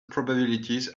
probabilities